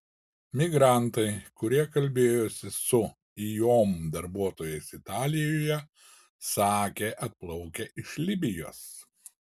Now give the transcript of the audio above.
migrantai kurie kalbėjosi su iom darbuotojais italijoje sakė atplaukę iš libijos